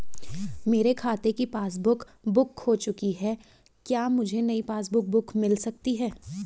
मेरे खाते की पासबुक बुक खो चुकी है क्या मुझे नयी पासबुक बुक मिल सकती है?